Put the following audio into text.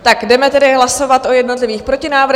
Tak jdeme tedy hlasovat o jednotlivých protinávrzích.